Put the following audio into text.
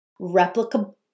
replicable